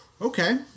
okay